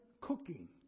cooking